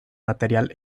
material